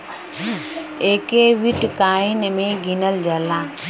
एके बिट्काइन मे गिनल जाला